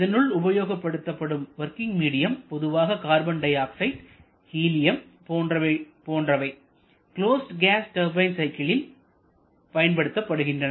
இதனுள் உபயோகப்படுத்தப்படும் working medium பொதுவாக கார்பன் டை ஆக்சைடு ஹீலியம் போன்றவை க்ளோஸ்டு கேஸ் டர்பைன் சைக்கிளில் பயன்படுத்தப்படுகின்றன